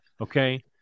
Okay